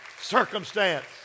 circumstance